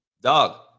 Dog